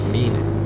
meaning